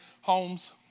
homes